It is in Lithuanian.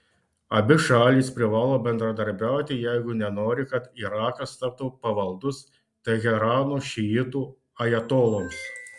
abi šalys privalo bendradarbiauti jeigu nenori kad irakas taptų pavaldus teherano šiitų ajatoloms